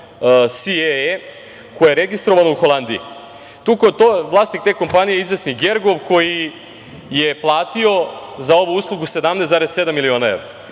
CEE, koja je registrovana u Holandiji. Vlasnik te kompanije je izvesni Gergov koji je platio za ovu uslugu 17,7 miliona evra.